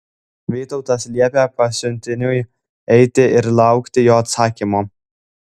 vytautas liepė pasiuntiniui eiti ir laukti jo atsakymo